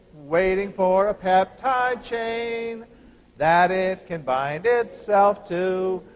waiting for a peptide chain that it can bind itself to.